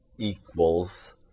equals